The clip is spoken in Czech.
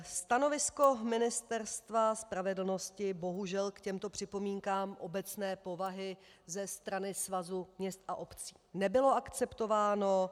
Stanovisko Ministerstva spravedlnosti bohužel k těmto připomínkám obecné povahy ze strany Svazu měst a obcí nebylo akceptováno.